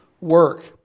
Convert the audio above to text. work